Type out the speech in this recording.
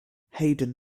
hayden